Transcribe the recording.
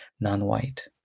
non-white